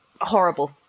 horrible